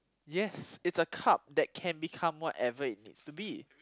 yes it's a cup that can become whatever it needs to be